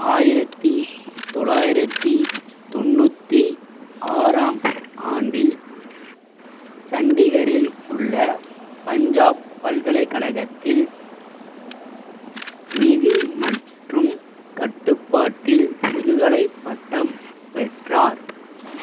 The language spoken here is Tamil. ஆயிரத்தி தொள்ளாயிரத்தி தொண்ணூற்றி ஆறாம் ஆண்டில் சண்டிகரில் உள்ள பஞ்சாப் பல்கலைக்கழகத்தில் நிதி மற்றும் கட்டுப்பாட்டில் முதுகலைப் பட்டம் பெற்றார்